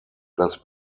das